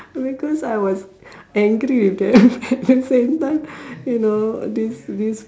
because I was angry with them at the same time you know this this